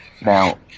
Now